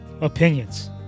opinions